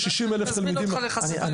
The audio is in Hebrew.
ממה שאני נחשפתי לנתונים הם עושים.